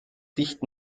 dicht